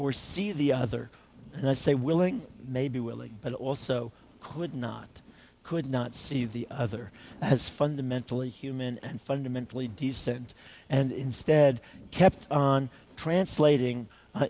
or see the other and i say willing maybe willing but also could not could not see the other as fundamentally human and fundamentally decent and instead kept on translating